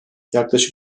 yaklaşık